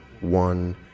one